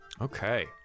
Okay